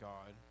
God